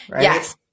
Yes